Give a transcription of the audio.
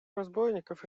разбойников